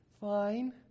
Fine